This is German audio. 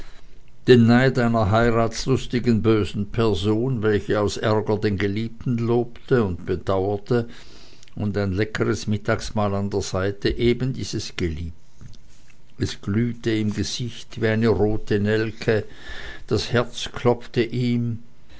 neid einer heiratslustigen bösen person welche aus arger den geliebten lobte und bedauerte und ein leckeres mittagsmahl an der seite eben dieses geliebten es glühte im gesicht wie eine rote nelke das herz klopfte ihm